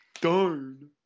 Darn